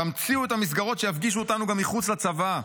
תמציאו את המסגרות שיפגישו אותנו גם מחוץ לצבא.